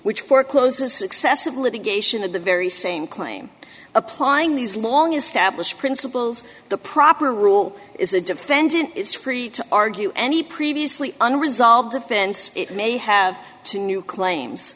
which forecloses excessive litigation of the very same claim applying these long established principles the proper rule is the defendant is free to argue any previously unresolved offense it may have to new claims